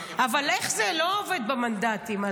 אבל איך זה לא עובד במנדטים?